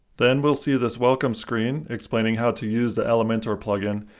then we'll see this welcome screen explaining how to use the elementor plugin,